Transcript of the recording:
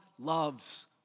loves